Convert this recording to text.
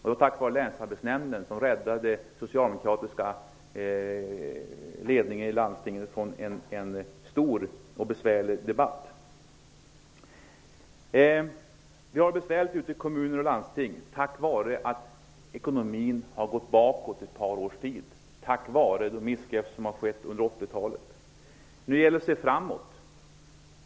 Det var Länsarbetsnämnden som räddade landstingets socialdemokratiska ledning från en stor och besvärlig debatt. Vi har det besvärligt ute i kommuner och landsting på grund av att ekonomin har gått bakåt i ett par års tid till följd av de missgrepp som skedde under 80-talet. Nu gäller det att se framåt.